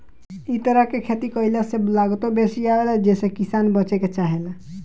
इ तरह से खेती कईला से लागतो बेसी आवेला जेसे किसान बचे के चाहेला